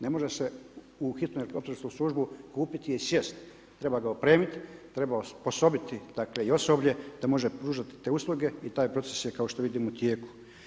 Ne može se u hitnu helikoptersku službu kupiti i sjest, treba ga opremiti, treba osposobiti i osoblje da može pružati te usluge i taj proces je kao što vidim, u tijeku.